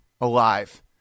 alive